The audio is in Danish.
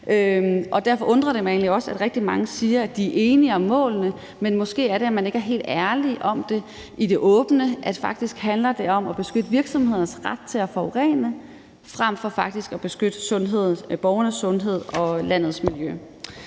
og derfor undrer det mig egentlig også, at rigtig mange siger, at de er enige i målene; men måske er det sådan, at man ikke er helt ærlige om det i det åbne, nemlig at det faktisk handler om beskytte virksomhedernes ret til at forurene frem for faktisk at beskytte borgernes sundhed og landets miljø.